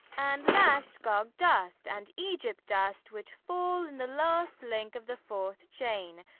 and last gog-dust, and egypt-dust, which fall in the last link of the fourth chain.